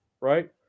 right